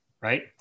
right